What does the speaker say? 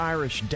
Irish